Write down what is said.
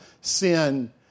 sin